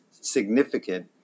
significant